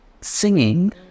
singing